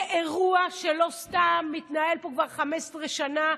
זה אירוע שלא סתם מתנהל פה כבר 15 שנה,